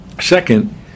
Second